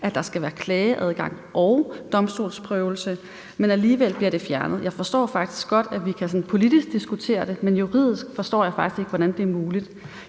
at der skal være klageadgang og domstolsprøvelse, men alligevel bliver det fjernet. Jeg forstår faktisk godt, at vi sådan politisk kan diskutere det, men juridisk forstår jeg faktisk ikke, hvordan det er muligt.